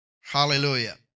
Hallelujah